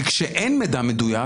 כי כשאין מידע מדויק,